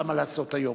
למה לעשות היום.